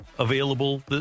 Available